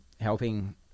helping